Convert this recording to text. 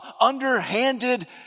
underhanded